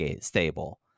stable